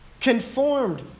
conformed